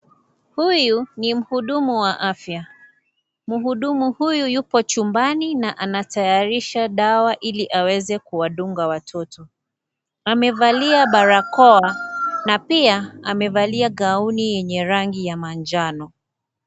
Huyu, ni mhudumu wa afya. Mhudumu huyu, yupo chumbani na anatayarisha dawa ili aweze kuwadunga watoto. Amevalia balakoa, na pia amevalia gauni yenye rangi ya manjano.